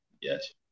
Yes